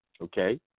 okay